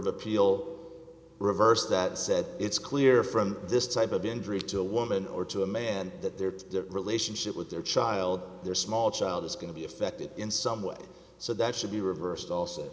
appeal reversed that said it's clear from this type of injury to a woman or to a man that their relationship with their child their small child is going to be affected in some way so that should be reversed also